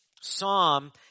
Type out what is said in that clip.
psalm